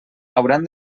hauran